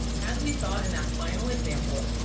as we saw in that final example,